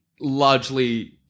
largely